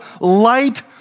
light